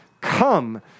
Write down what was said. come